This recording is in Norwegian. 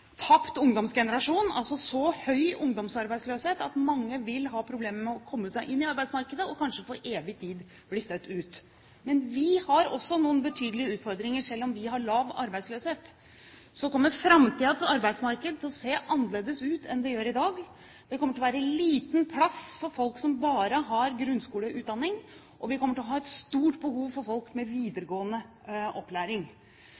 tapt ungdomsgenerasjon, altså så høy ungdomsarbeidsløshet at mange vil ha problemer med å komme seg inn i arbeidsmarkedet og kanskje for evig tid blir støtt ut. Men vi har også noen betydelige utfordringer, for selv om vi har lav arbeidsløshet, kommer framtidens arbeidsmarked til å se annerledes ut enn det gjør i dag. Det kommer til å være liten plass for folk som bare har grunnskoleutdanning, og vi kommer til å ha et stort behov for folk med